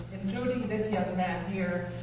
including this young man here,